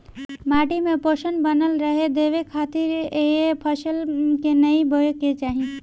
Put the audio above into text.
माटी में पोषण बनल रहे देवे खातिर ए फसल के नाइ बोए के चाही